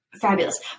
fabulous